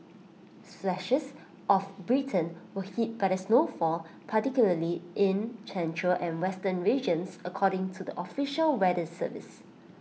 swathes of Britain hit by the snowfall particularly in central and western regions according to the official weather service